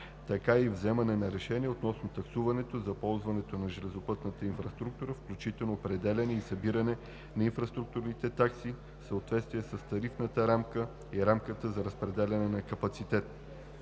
така и вземане на решения относно таксуването за ползването на железопътната инфраструктура, включително определяне и събиране на инфраструктурните такси в съответствие с тарифната рамка и рамката за разпределяне на капацитет.“